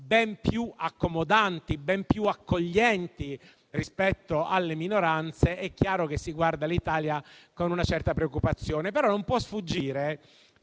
ben più accomodanti e accoglienti rispetto alle minoranze, è chiaro che si guarda all'Italia con una certa preoccupazione. Non può però sfuggire